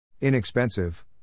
Inexpensive